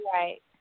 Right